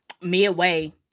Midway